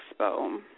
Expo